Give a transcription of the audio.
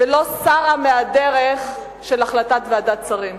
ולא סרה מהדרך של החלטת ועדת השרים.